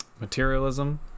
materialism